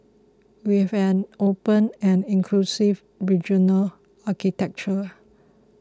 we have an open and inclusive regional architecture